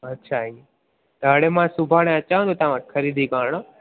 अच्छा ई त हाणे मां सुभाणे अचांव तो तव्हां वटि खरीदी करणु